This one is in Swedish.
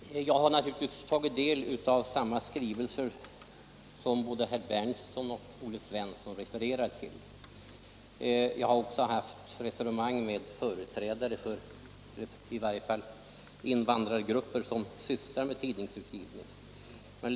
Herr talman! Jag har naturligtvis tagit del av den skrivelse som herrar Berndtson och Svensson i Eskilstuna refererar till. Jag har också fört resonemang med företrädare för invandrargrupper som sysslar med tidningsutgivning.